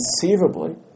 Conceivably